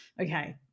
Okay